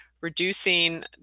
reducing